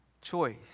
choice